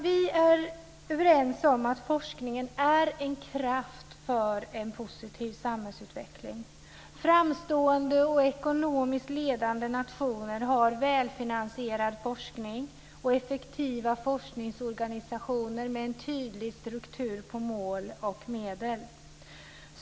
Vi är överens om att forskningen är en kraft för en positiv samhällsutveckling. Framstående och ekonomiskt ledande nationer har välfinansierad forskning och effektiva forskningsorganisationer med en tydlig struktur på mål och medel.